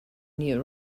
new